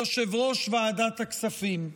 יושב-ראש ועדת הכספים.